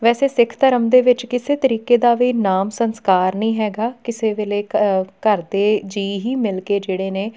ਵੈਸੇ ਸਿੱਖ ਧਰਮ ਦੇ ਵਿੱਚ ਕਿਸੇ ਤਰੀਕੇ ਦਾ ਵੀ ਨਾਮ ਸੰਸਕਾਰ ਨਹੀਂ ਹੈਗਾ ਕਿਸੇ ਵੇਲੇ ਕ ਘਰ ਦੇ ਜੀ ਹੀ ਮਿਲ ਕੇ ਜਿਹੜੇ ਨੇ